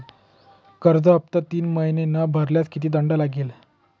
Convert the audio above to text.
कर्ज हफ्ता तीन महिने न भरल्यास किती दंड लागेल?